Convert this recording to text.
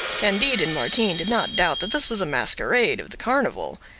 candide and martin did not doubt that this was a masquerade of the carnival.